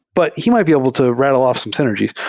but he might be able to rattle off some synergies.